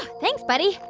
thanks, buddy.